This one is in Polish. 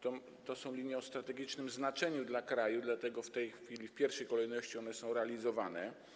To są linie o strategicznym znaczeniu dla kraju, dlatego w tej chwili w pierwszej kolejności prace tam są realizowane.